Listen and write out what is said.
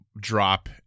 drop